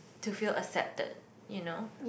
to feel accepted you know